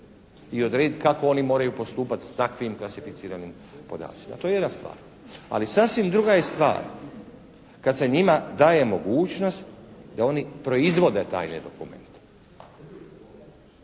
i odrediti kako oni moraju postupati s takvim klasificiranim podacima, to je jedna stvar. Ali sasvim druga je stvar kad se njima daje mogućnost da oni proizvode tajne dokumente.